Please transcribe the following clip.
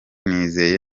nizeye